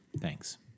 Thanks